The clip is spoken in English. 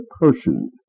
person